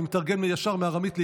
אני מתרגם ישר מארמית לעברית,